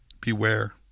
beware